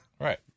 Right